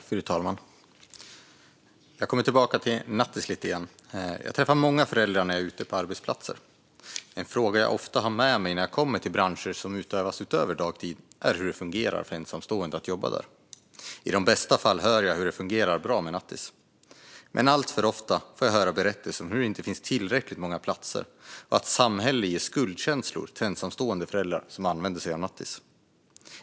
Fru talman! Jag kommer tillbaka till nattis lite grann. Jag träffar många föräldrar när jag är ute på arbetsplatser. En fråga jag ofta har med mig när jag kommer till branscher där arbetet utövas utöver dagtid är hur det fungerar för ensamstående att jobba där. I de bästa fallen hör jag att det fungerar bra med nattis, men alltför ofta får jag höra berättelser om att det inte finns tillräckligt många platser och att samhället ger skuldkänslor till ensamstående föräldrar som använder sig av nattis.